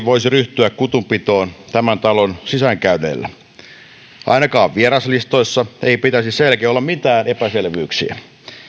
voisi ryhtyä kutunpitoon tämän talon sisäänkäynneillä ainakaan vieraslistoissa ei pitäisi sen jälkeen olla mitään epäselvyyksiä